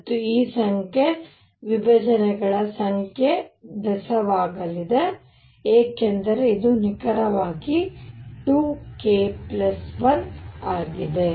ಮತ್ತು ಈ ಸಂಖ್ಯೆ ವಿಭಜನೆಗಳ ಸಂಖ್ಯೆ ಬೆಸವಾಗಲಿದೆ ಏಕೆಂದರೆ ಇದು ನಿಖರವಾಗಿ 2k 1 ಆಗಿದೆ